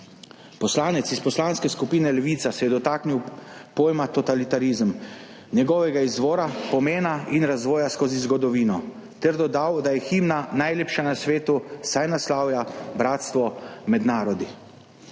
Poslanec iz Poslanske skupine Levica se je dotaknil pojma totalitarizem, njegovega izvora, pomena in razvoja skozi zgodovino ter dodal, da je himna najlepša na svetu, saj naslavlja bratstvo med narodi.